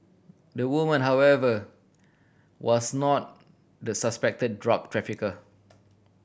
the woman however was not the suspected drug trafficker